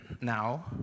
now